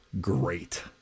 great